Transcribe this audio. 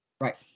Right